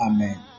Amen